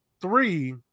three